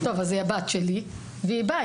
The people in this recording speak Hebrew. טוב, אז היא הבת שלי והיא באה.